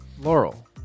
Laurel